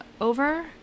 over